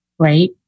right